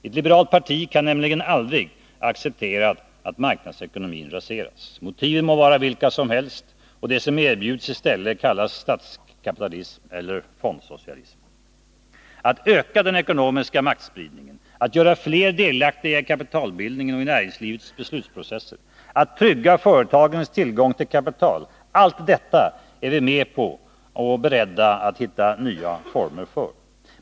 Ett liberalt parti kan aldrig acceptera att marknadsekonomin raseras — motiven må vara vilka som helst och det som erbjuds i stället kallas statskapitalism eller fondsocialism. Att öka den ekonomiska maktspridningen, att göra fler delaktiga i kapitalbildningen och i näringslivets beslutsprocesser, att trygga företagens tillgång till kapital; allt detta är vi med på och beredda att hitta nya former för.